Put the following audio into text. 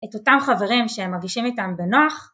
את אותם חברים שהם מרגישים איתם בנוח